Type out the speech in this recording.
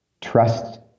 trust –